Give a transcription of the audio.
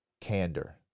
candor